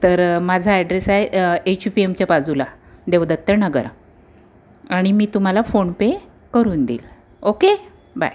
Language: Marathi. तर माझा ॲड्रेस आहे एच यू पी एमच्या बाजूला देवदत्तनगर आणि मी तुम्हाला फोन पे करून देईल ओके बाय